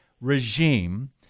Regime